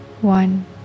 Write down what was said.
one